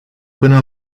până